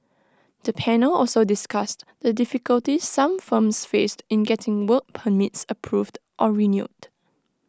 the panel also discussed the difficulties some firms faced in getting work permits approved or renewed